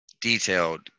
detailed